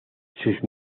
sus